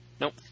Nope